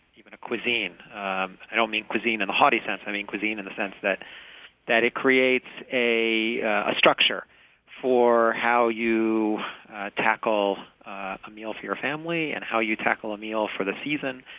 even a cuisine. i don't mean cuisine in the haughty sense, i mean cuisine in the sense that that it creates a a structure for how you tackle a meal for your family and how you tackle a meal for the season,